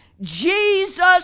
Jesus